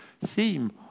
theme